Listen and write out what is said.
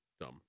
dumb